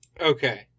Okay